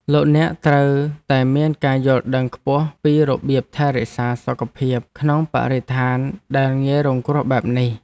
លោកអ្នកត្រូវតែមានការយល់ដឹងខ្ពស់ពីរបៀបថែរក្សាសុខភាពក្នុងបរិស្ថានដែលងាយរងគ្រោះបែបនេះ។